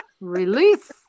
release